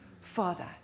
Father